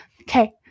Okay